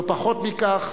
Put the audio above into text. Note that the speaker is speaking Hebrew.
לא פחות מכך,